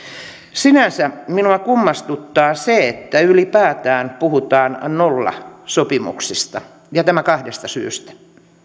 sinänsä minua kummastuttaa se että ylipäätään puhutaan nollasopimuksista kahdesta syystä